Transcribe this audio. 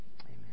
Amen